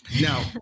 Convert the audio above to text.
Now